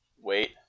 Wait